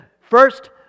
first